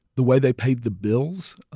the way they paid the bills.